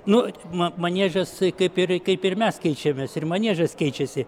nu ma maniežas kaip ir kaip ir mes keičiamės ir maniežas keičiasi